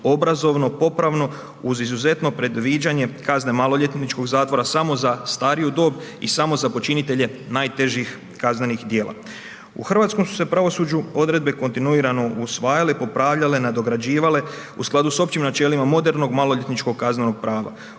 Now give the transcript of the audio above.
obrazovno, popravno, uz izuzetno predviđanje kazne maloljetničkog zatvora samo za stariju dob i samo za počinitelje najtežih kaznih djela. U hrvatskom su se pravosuđu odredbe kontinuirano usvajale i popravljale, nadograđivale u skladu sa općim načelima modernog maloljetničkog kaznenog prava.